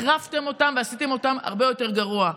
החרפתם אותם ועשיתם אותם הרבה יותר גרוע.